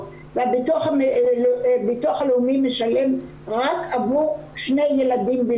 וביטוח לאומי משלם רק עבור שני ילדים,